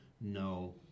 no